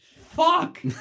Fuck